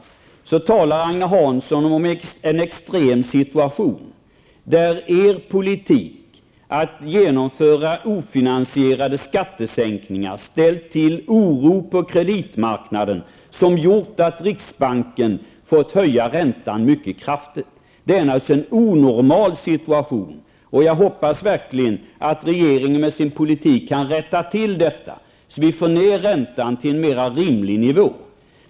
Men då talar Agne Hansson om en extrem situation, där er politik att genomföra ofinansierade skattesänkningar ställt till en oro på kreditmarknaden, som gjort att riksbanken har varit tvungen att höja räntan mycket kraftigt. Detta är naturligtvis en onormal situation. Jag hoppas verkligen att regeringen med sin politik kan rätta till förhållandet, så att man får ned räntan till en mer rimlig nivå.